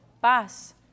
paz